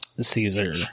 Caesar